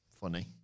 Funny